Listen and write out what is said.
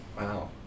Wow